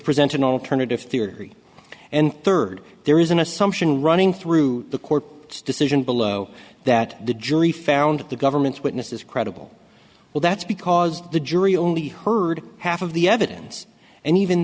presented alternative theory and third there is an assumption running through the court decision below that the jury found the government's witnesses credible well that's because the jury only heard half of the evidence and even